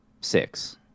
Six